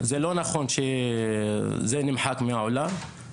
זה לא נכון שזה נמחק מהעולם,